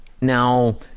Now